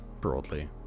broadly